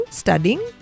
studying